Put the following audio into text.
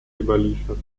überliefert